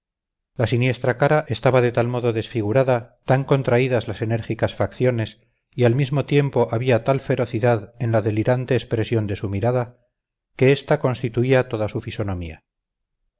la siniestra cara estaba de tal modo desfigurada tan contraídas las enérgicas facciones y al mismo tiempo había tal ferocidad en la delirante expresión de su mirada que esta constituía toda su fisonomía